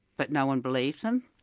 but no-one believes them.